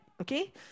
okay